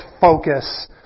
focus